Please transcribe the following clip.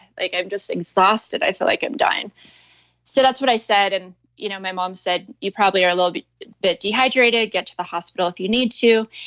like i'm just exhausted i feel like i'm dying so that's what i said, and you know my mom said, you probably are a little bit bit dehydrated. get to the hospital if you need to.